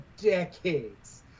decades